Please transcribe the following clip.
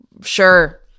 Sure